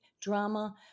drama